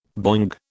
Boing